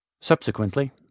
Subsequently